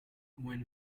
when